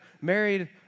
married